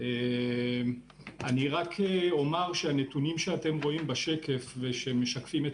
אני רק אומר שהנתונים שאתם רואים בשקף ושמשקפים את